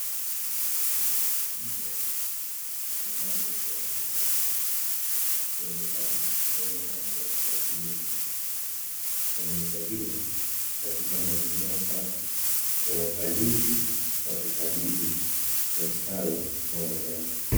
Mbwa yupo ndani ya banda la wazi akionekana mwenye afya na utulivu, wamehifadhiwa katika mazingira safi kwa uangalizi wa kitabibu wa ustawi wa wanyama.